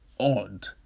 odd